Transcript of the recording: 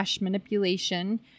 Manipulation